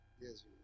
Yes